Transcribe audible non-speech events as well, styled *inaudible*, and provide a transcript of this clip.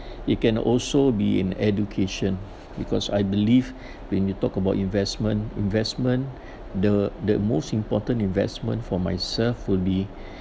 you can also be in education because I believe *breath* when you talk about investment investment the the most important investment for myself would be *breath*